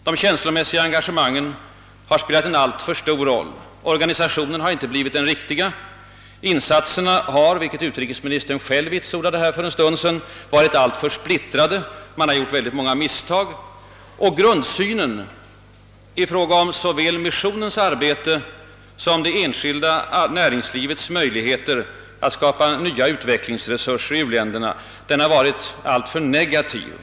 De känslomässiga engagemangen har spelat en alltför stor roll, organisationen har inte blivit den riktiga, insatserna har — vilket utrikesministern själv vitsordade här för en stund sedan — varit alltför splittrade och man har gjort många misstag. Grundsynen i fråga om såväl missionens arbete som det enskilda näringslivets möjligheter att skapa nya utvecklingsresurser i u-länderna har varit alltför negativ.